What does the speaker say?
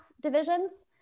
divisions